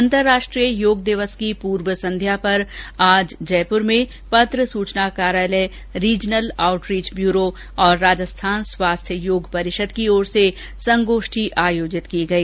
अंतर्राष्ट्रीय योग दिवस की पूर्व संध्या पर आज जयुपर में पत्र सूचना कार्यालय रीजनल आउटरीच ब्यूरो और राजस्थान स्वास्थ्य योग परिषद की ओर से संगोष्ठी आयोजित की गई